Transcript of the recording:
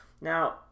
now